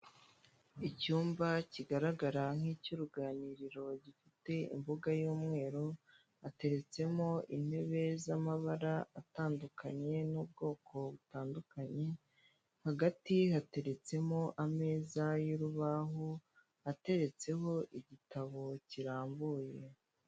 Icyumba kigaragara nk'icy'uruganiriro, gifite imbuga y'umweru, hateretsemo intebe z'amabara atandukanye n'ubwoko butandukanye hagati hateretseho ameza y'urubahu ateretseho igitabo kirambuye.